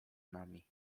nami